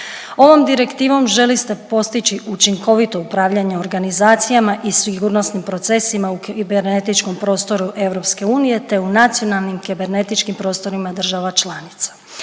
Ovom direktivom želi se postići učinkovito upravljanje organizacijama i sigurnosnim procesima u kibernetičkom prostoru EU, te u nacionalnim kibernetičkim prostorima država članica.